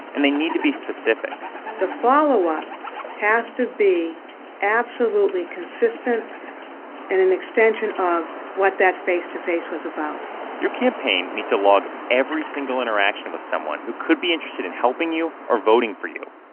and they need to be specific the follow up has to be absolutely consistent and an extension of what that face-to-face was about your campaign needs to log every single interaction with someone who could be interested in helping you or voting for you.